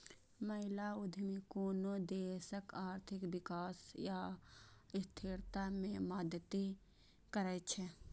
महिला उद्यमी कोनो देशक आर्थिक विकास आ स्थिरता मे मदति करै छै